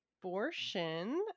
Abortion